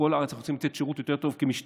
בכל הארץ אנחנו צריכים לתת שירות יותר טוב כמשטרה,